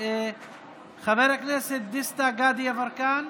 חבר הכנסת דסטה גדי יברקן,